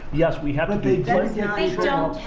yes, we had a big deal